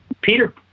Peter